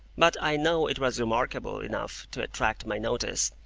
but i know it was remarkable enough to attract my notice,